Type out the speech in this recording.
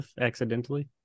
Accidentally